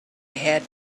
had